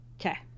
Okay